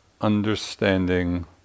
understanding